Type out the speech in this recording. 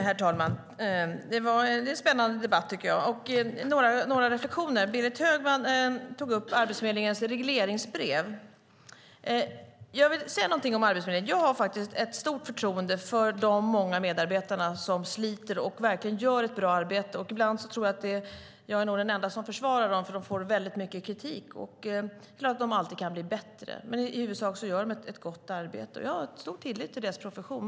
Herr talman! Detta är en spännande debatt. Jag ska göra några reflexioner. Berit Högman tog upp Arbetsförmedlingens regleringsbrev. Jag vill säga någonting om Arbetsförmedlingen: Jag har stort förtroende för de många medarbetare som sliter och verkligen gör ett bra arbete. Ibland tror jag att jag är den enda som försvarar dem, för de får mycket kritik. Det är klart att de alltid kan bli bättre, men i huvudsak gör de ett gott arbete. Jag har stor tillit till deras profession.